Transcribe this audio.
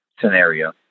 scenario